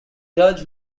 judge